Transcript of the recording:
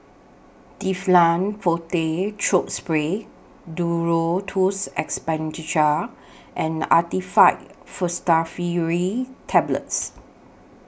Difflam Forte Throat Spray Duro Tuss and Actifed Pseudoephedrine Tablets